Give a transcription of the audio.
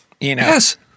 Yes